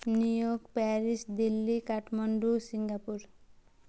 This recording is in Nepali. New York Paris Delhi Kathmandu Singapore